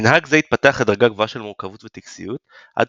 מנהג זה התפתח לדרגה גבוהה של מורכבות וטקסיות עד